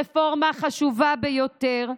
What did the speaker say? רפורמה חשובה ביותר,